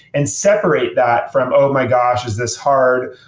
and separate that from, oh, my gosh. is this hard?